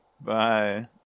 Bye